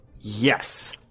Yes